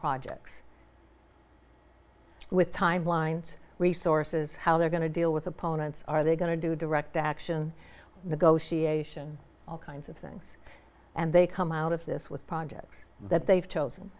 projects with timelines resources how they're going to deal with opponents are they going to do direct action negotiation all kinds of things and they come out of this with projects that they've chosen